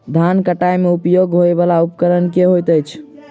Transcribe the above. धान कटाई मे उपयोग होयवला उपकरण केँ होइत अछि?